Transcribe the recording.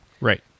Right